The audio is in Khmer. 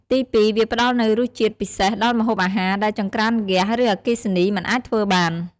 ទីពីរ វាផ្ដល់នូវរសជាតិពិសេសដល់ម្ហូបអាហារ ដែលចង្ក្រានហ្គាស ឬអគ្គិសនីមិនអាចធ្វើបាន។